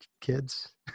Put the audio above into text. kids